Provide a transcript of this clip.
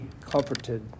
comforted